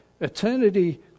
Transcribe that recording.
eternity